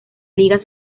liga